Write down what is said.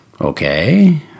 Okay